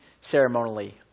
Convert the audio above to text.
ceremonially